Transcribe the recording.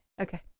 Okay